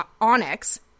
Onyx